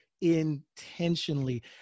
intentionally